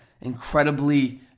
incredibly